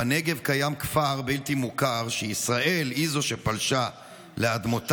בנגב קיים כפר בלתי מוכר שישראל היא שפלשה לאדמותיו,